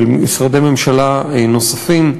של משרדי ממשלה נוספים,